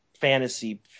fantasy